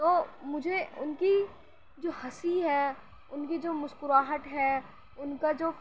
تو مجھے ان کی جو ہنسی ہے ان کی جو مسکراہٹ ہے ان کا جو